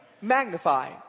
magnify